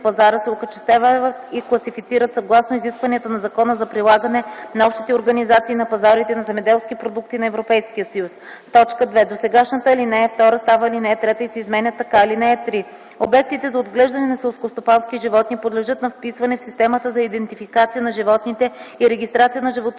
пазара, се окачествяват и класифицират съгласно изискванията на Закона за прилагане на Общите организации на пазарите на земеделски продукти на Европейския съюз.” 2. Досегашната ал. 2 става ал. 3 и се изменя така: „(3) Обектите за отглеждане на селскостопански животни подлежат на вписване в Системата за идентификация на животните и регистрация на животновъдните